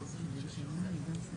לא כתוב לי אם היא בזום.